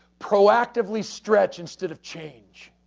proactively stretch instead of change.